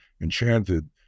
enchanted